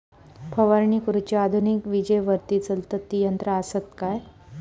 फवारणी करुची आधुनिक विजेवरती चलतत ती यंत्रा आसत काय?